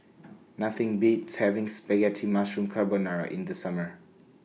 Nothing Beats having Spaghetti Mushroom Carbonara in The Summer